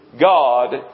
God